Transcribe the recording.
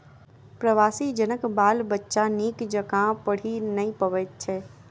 प्रवासी जनक बाल बच्चा नीक जकाँ पढ़ि नै पबैत छै